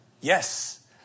Yes